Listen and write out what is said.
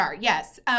yes